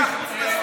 יש אחוז מסוים,